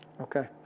Okay